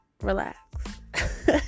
Relax